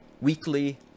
weekly